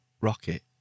Rocket